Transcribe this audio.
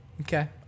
Okay